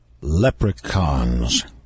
Leprechauns